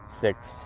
six